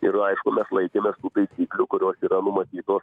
ir aišku mes laikėmės taisyklių kurios yra numatytos